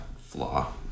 flaw